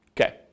Okay